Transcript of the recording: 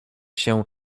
się